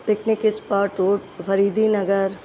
picnic spot road Faridi Nagar